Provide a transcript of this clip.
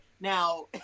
Now